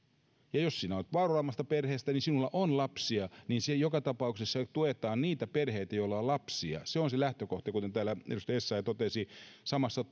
jos sinä olet vauraammasta perheestä ja sinulla on lapsia siinä joka tapauksessa tuetaan niitä perheitä joilla on lapsia se on se lähtökohta kuten täällä edustaja essayah totesi samassa